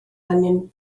angen